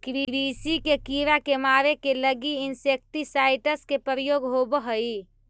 कृषि के कीड़ा के मारे के लगी इंसेक्टिसाइट्स् के प्रयोग होवऽ हई